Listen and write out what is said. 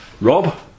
Rob